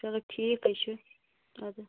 چلو ٹھیٖک حظ چھُ اَدٕ